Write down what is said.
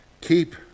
keep